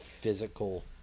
Physical